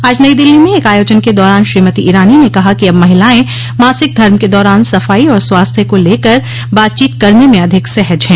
आज नई दिल्ली में एक आयोजन के दौरान श्रीमती ईरानी ने कहा कि अब महिलाएं मासिक धर्म के दौरान सफाई और स्वास्थ्य को लेकर बातचीत करने में अधिक सहज हैं